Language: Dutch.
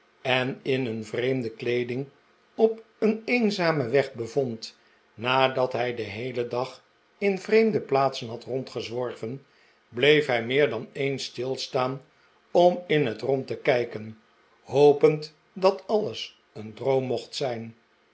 en in een vreemde kleeding op een eenzamen weg bevond nadat hij den heelen dag in vreemde plaatsen had rondgezworven bleef hij meer dan eens stilstaan om in het rond te kijken hopend dat alles een droom mocht zijn